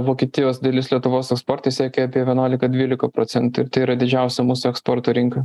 vokietijos dalis lietuvos eksporte siekia apie vienuolika dvylika procentų ir tai yra didžiausia mūsų eksporto rinka